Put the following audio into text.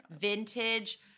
vintage